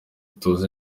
tuzi